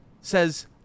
says